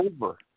over